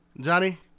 Johnny